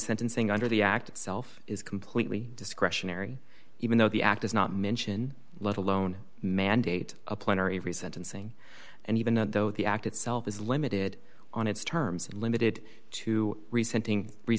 sentencing under the act itself is completely discretionary even though the act is not mention let alone mandate a plenary resentencing and even though the act itself is limited on its terms limited to recent thing re